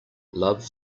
love